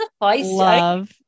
love